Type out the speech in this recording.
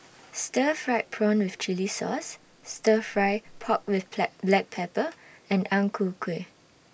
Stir Fried Prawn with Chili Sauce Stir Fry Pork with Black Pepper and Ang Ku Kueh